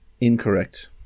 Incorrect